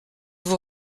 vous